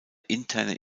interne